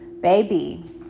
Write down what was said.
Baby